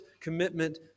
commitment